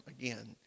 again